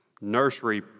Nursery